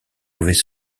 mauvais